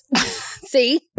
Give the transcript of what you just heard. see